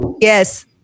yes